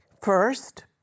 First